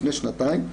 לפני שנתיים,